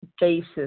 basis